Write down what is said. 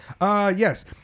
Yes